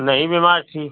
नहीं बिमार थी